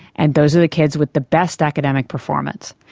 and those are the kids with the best academic performance.